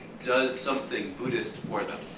does something buddhist for them.